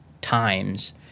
times